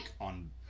on